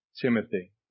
Timothy